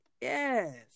Yes